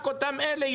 רק אותם אלה,